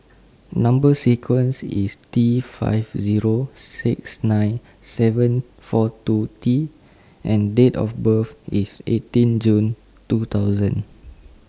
Number sequence IS T five Zero six nine seven four two T and Date of birth IS eighteen June two thousand